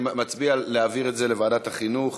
אני מצביע אם להעביר את זה לוועדת החינוך.